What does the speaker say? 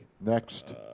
next